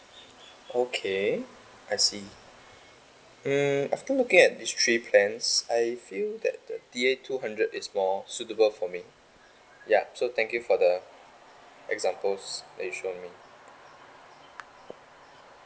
okay I see um after looking at these three plans I feel that the D_A two hundred is more suitable for me ya so thank you for the examples that you show me